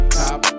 top